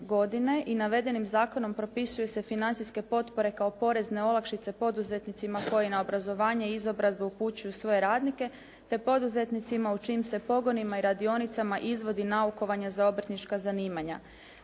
i navedenim zakonom propisuju se financijske potpore kao porezne olakšice poduzetnicima koji na obrazovanje i izobrazbu upućuju svoje radnike te poduzetnicima u čijim se pogonima i radionicama izvodi naukovanja za obrtnička zanimanja.